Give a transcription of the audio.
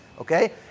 okay